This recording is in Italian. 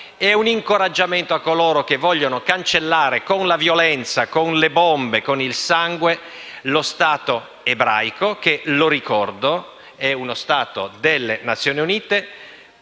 ai terroristi e a coloro che vogliono cancellare con la violenza, con le bombe e con il sangue lo Stato ebraico, che - lo ricordo - è uno Stato delle Nazioni Unite